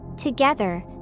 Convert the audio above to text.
Together